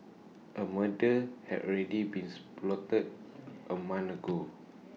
A murder had ready bees plotted A month ago